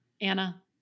Anna